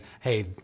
hey